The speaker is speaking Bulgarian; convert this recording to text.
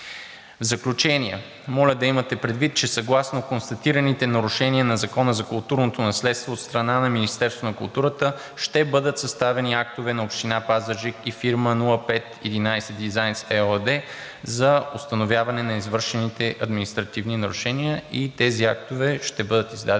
В заключение, моля да имате предвид, че съгласно констатираните нарушения на Закона за културното наследство от страна на Министерството на културата ще бъдат съставени актове на Община Пазарджик и фирма „0511 ДИЗАЙНС“ ЕООД за установяване на извършените административни нарушения и тези актове ще бъдат издадени